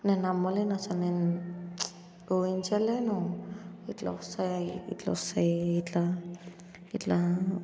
నేను నమ్మలేను అస్సలు నేను ఉహించలేను ఇట్లా వస్తాయి ఇట్లా వస్తాయి ఇట్లా ఇట్లా